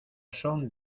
son